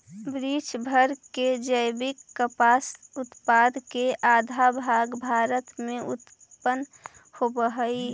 विश्व भर के जैविक कपास उत्पाद के आधा भाग भारत में उत्पन होवऽ हई